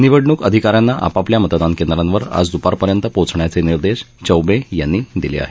निवडणूक अधिका यांना आपआपल्या मतदान केंद्रांवर आज दुपारपर्यंत पोहचण्याचे निर्देश चौबे यांनी दिले आहेत